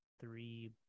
three